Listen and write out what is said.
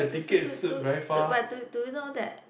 do do do do the but do do you know that